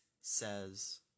says